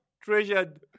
treasured